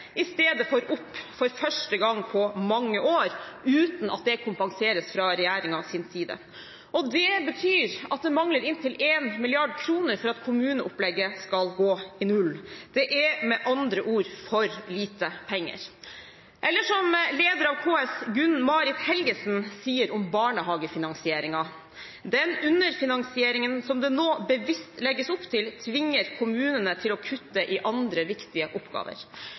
i stedet for opp for første gang på mange år, uten at det kompenseres fra regjeringens side. Det betyr at det mangler inntil 1 mrd. kr for at kommuneopplegget skal gå i null. Det er med andre ord for lite penger. Eller som leder av KS, Gunn Marit Helgesen, sier om barnehagefinansieringen: «Den underfinansieringen som det nå bevisst legges opp til, tvinger kommunene til å kutte i andre viktige oppgaver.»